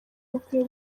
rukwiye